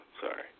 Sorry